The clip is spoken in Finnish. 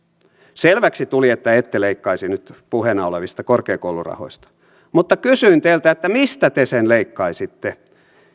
selväksi tuli että ette leikkaisi nyt puheena olevista korkeakoulurahoista mutta kysyin teiltä mistä te sen leikkaisitte